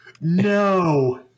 no